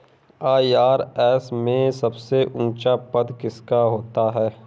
IRS में सबसे ऊंचा पद किसका होता है?